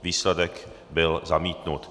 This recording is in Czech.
Výsledek byl zamítnut.